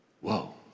Whoa